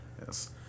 Yes